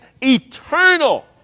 eternal